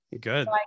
Good